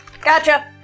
Gotcha